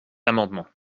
amendement